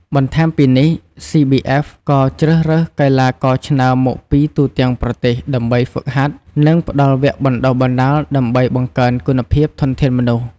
បន្ថែមពីនេះ CBF ក៍ជ្រើសរើសកីឡាករឆ្នើមមកពីទូទាំងប្រទេសដើម្បីហ្វឹកហាត់ និង ផ្តល់វគ្គបណ្តុះបណ្តាលដើម្បីបង្កើនគុណភាពធនធានមនុស្ស។។